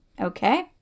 Okay